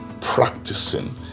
practicing